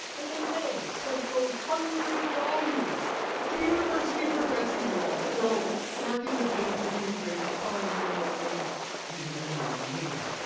and then mail several hundred volumes to university professors around the world, marking the page with an engraved card reading only neener, neener, neener.